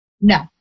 No